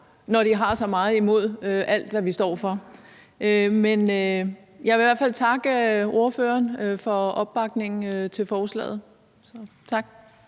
når de har så meget imod alt, hvad vi står for. Jeg vil i hvert fald takke ordføreren for opbakningen til forslaget. Tak.